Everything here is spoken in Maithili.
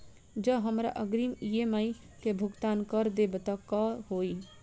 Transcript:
जँ हमरा अग्रिम ई.एम.आई केँ भुगतान करऽ देब तऽ कऽ होइ?